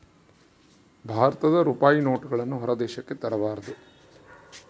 ಭಾರತದ ರೂಪಾಯಿ ನೋಟುಗಳನ್ನು ಹೊರ ದೇಶಕ್ಕೆ ತರಬಾರದು